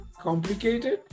complicated